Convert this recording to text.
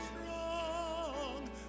strong